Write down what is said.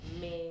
men